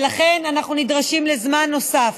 ולכן אנחנו נדרשים לזמן נוסף.